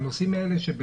הנושאים האלה,